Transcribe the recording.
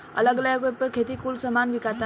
अलग अलग ऐप पर खेती के कुल सामान बिकाता